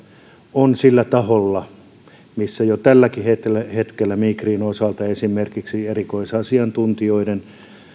on sillä taholla missä jo tälläkin hetkellä migrin osalta esimerkiksi erikoisasiantuntijoiden